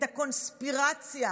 את הקונספירציה,